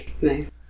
Nice